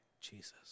Jesus